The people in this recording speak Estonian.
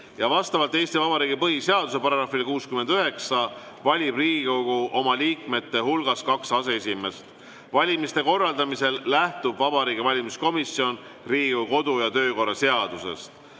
Vastavalt Eesti Vabariigi põhiseaduse §-le 69 valib Riigikogu oma liikmete hulgast kaks aseesimeest. Valimiste korraldamisel lähtub Vabariigi Valimiskomisjon Riigikogu kodu- ja töökorra seadusest. Enne